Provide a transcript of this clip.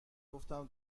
گفتم